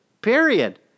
Period